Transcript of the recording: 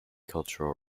cultural